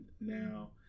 now